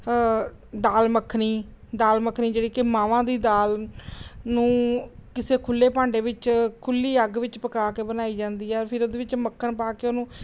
ਦਾਲ ਮੱਖਣੀ ਦਾਲ ਮੱਖਣੀ ਜਿਹੜੀ ਕਿ ਮਾਂਹਵਾਂ ਦੀ ਦਾਲ ਨੂੰ ਕਿਸੇ ਖੁੱਲ੍ਹੇ ਭਾਂਡੇ ਵਿੱਚ ਖੁੱਲ੍ਹੀ ਅੱਗ ਵਿੱਚ ਪਕਾ ਕੇ ਬਣਾਈ ਜਾਂਦੀ ਆ ਫਿਰ ਉਹਦੇ ਵਿੱਚ ਮੱਖਣ ਪਾ ਕੇ ਉਹਨੂੰ